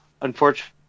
unfortunately